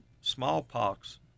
smallpox